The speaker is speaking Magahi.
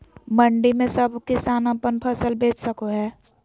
मंडी में सब किसान अपन फसल बेच सको है?